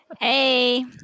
hey